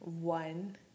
one